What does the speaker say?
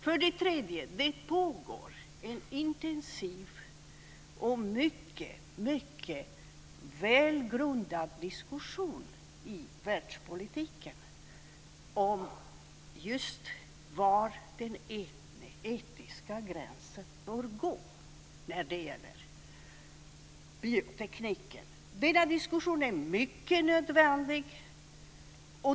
För det tredje pågår en intensiv och mycket välgrundad diskussion i världspolitiken om just var den etiska gränsen bör gå när det gäller biotekniken. Denna diskussion är mycket nödvändig.